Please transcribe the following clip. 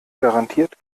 garantiert